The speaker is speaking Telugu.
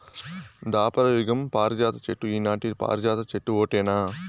దాపర యుగం పారిజాత చెట్టు ఈనాటి పారిజాత చెట్టు ఓటేనా